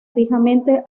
fijamente